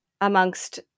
amongst